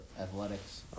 Athletics